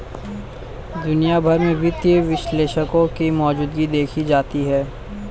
दुनिया भर में वित्तीय विश्लेषकों की मौजूदगी भी देखी जाती है